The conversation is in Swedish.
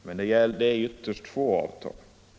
Men det gäller ytterst få avtal.